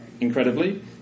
incredibly